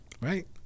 right